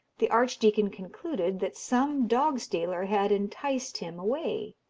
the archdeacon concluded that some dog-stealer had enticed him away.